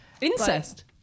Incest